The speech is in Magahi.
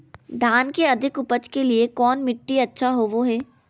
धान के अधिक उपज के लिऐ कौन मट्टी अच्छा होबो है?